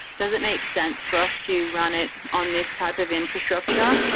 does it make sense for us to run it on this type of infrastructure?